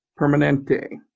Permanente